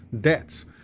debts